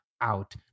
out